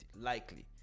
likely